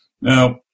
Now